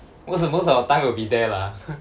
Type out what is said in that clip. most the most of the time will be there lah